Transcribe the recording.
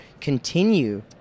continue